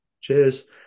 Cheers